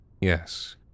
Yes